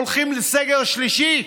אתם הולכים לסגר השלישי?